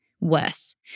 worse